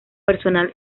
personal